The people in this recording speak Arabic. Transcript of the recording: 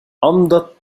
أمضت